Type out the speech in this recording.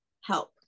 help